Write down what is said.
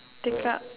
take up